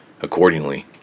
accordingly